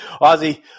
Ozzy